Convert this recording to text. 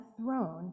throne